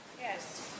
Yes